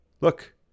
look